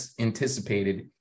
anticipated